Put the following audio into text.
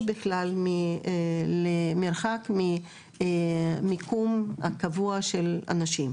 בכלל למרחק ממיקום הקבוע של אנשים,